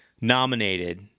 nominated